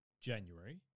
January